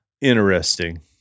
Interesting